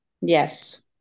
Yes